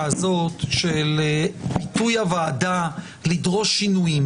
הזאת של פיתוי הוועדה לדרוש שינויים